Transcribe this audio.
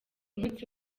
munsi